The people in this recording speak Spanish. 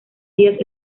días